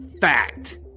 Fact